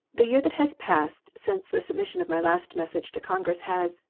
the year that has passed since the submission of my last message to congress has,